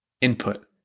input